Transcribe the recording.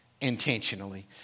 intentionally